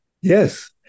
Yes